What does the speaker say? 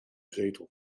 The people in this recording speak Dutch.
zetel